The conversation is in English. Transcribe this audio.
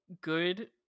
good